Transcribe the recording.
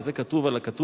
וזה כתוב על הכתוב,